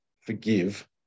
forgive